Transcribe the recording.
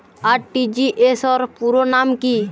RTGS র পুরো নাম কি?